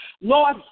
Lord